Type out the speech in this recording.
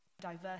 diverse